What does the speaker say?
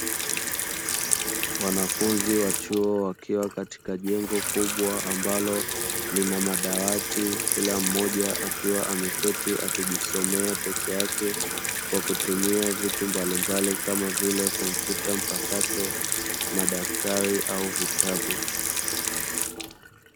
Wanafunzi wa chuo wakiwa katika jengo kubwa ambalo lina madawati, kila mmoja akiwa ameketi anajisomea peke yake, kwakutumia vitu mbalimbali kama vile komputa mpakato, madaftari au vitabu.